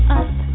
up